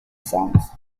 songs